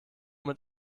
mit